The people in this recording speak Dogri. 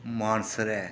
मानसर ऐ